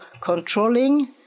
controlling